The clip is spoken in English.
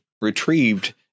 retrieved